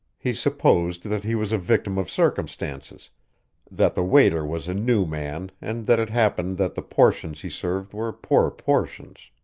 he supposed that he was a victim of circumstances that the waiter was a new man and that it happened that the portions he served were poor portions.